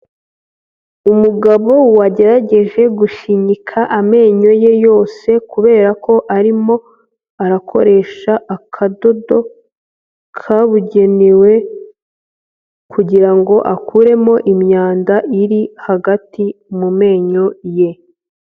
Umugabo wagerageje gushinyika amenyo ye yose, kubera ko arimo arakoresha akadodo kabugenewe, kugira ngo akuremo imyanda iri hagati mu menyo ye.